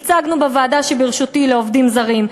הצגנו בוועדה לעובדים זרים,